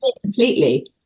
completely